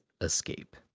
escape